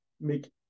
make